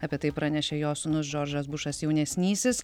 apie tai pranešė jo sūnus džordžas bušas jaunesnysis